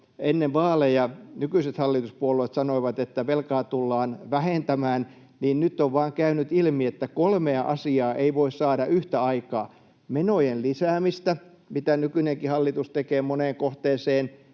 ennen vaaleja nykyiset hallituspuolueet sanoivat, että velkaa tullaan vähentämään, niin nyt on vain käynyt ilmi, että kolmea asiaa ei voi saada yhtä aikaa: menojen lisäämistä, mitä nykyinenkin hallitus tekee moneen kohteeseen,